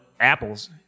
Apples